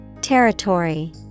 Territory